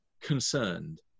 concerned